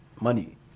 money